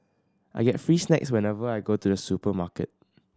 I get free snacks whenever I go to the supermarket